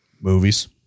Movies